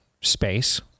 space